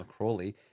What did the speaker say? McCrawley